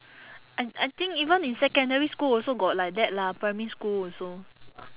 I I think even in secondary school also got like that lah primary school also